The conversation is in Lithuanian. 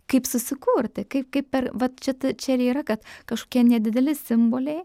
kaip susikurti kaip kaip per va čia čia ir yra kad kažkokie nedideli simboliai